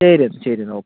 ശരിയെന്നാ ശരിയെന്നാ ഓക്കെ